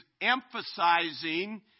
emphasizing